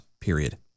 period